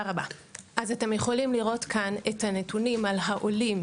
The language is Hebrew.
אתם יכולים לראות כאן את הנתונים על העולים